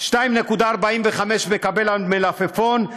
2.45 מקבל על מלפפון,